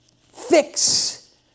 fix